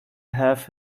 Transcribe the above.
have